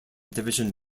division